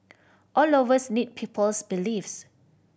all of us need people's beliefs